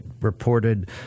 reported